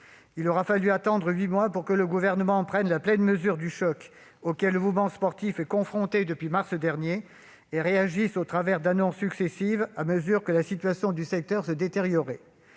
Il aura fallu attendre huit mois pour que le Gouvernement prenne la pleine mesure du choc, auquel le mouvement sportif est confronté depuis mars dernier, et réagisse, au travers d'annonces successives, à mesure que la situation du secteur se détériorait.